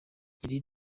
iri